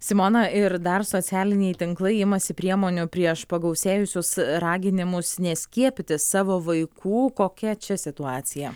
simona ir dar socialiniai tinklai imasi priemonių prieš pagausėjusius raginimus neskiepyti savo vaikų kokia čia situacija